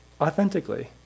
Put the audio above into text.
Authentically